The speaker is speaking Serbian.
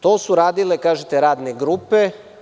To su radile, kažete, radne grupe.